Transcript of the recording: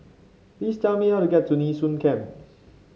please tell me how to get to Nee Soon Camp